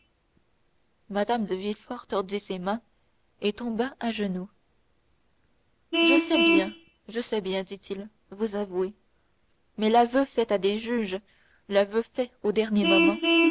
de villefort tordit ses mains et tomba à genoux je sais bien je sais bien dit-il vous avouez mais l'aveu fait à des juges l'aveu fait au dernier moment